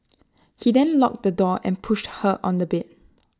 he then locked the door and pushed her on the bed